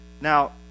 Now